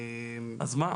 אז מוסי,